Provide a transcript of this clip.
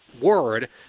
word